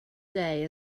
day